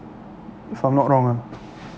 if I'm not wrong ah